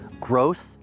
gross